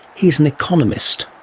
he's an economist.